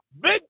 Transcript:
Big